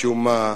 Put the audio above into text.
משום מה,